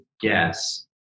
guess